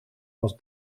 was